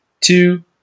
two